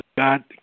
God